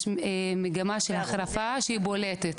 יש מגמה של החרפה שבולטת.